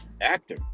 actor